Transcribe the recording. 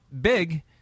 big